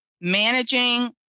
managing